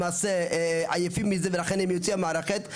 למעשה עייפים מזה ולכן הם יוצאים מהמערכת.